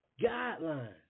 guidelines